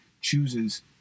chooses